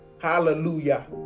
Hallelujah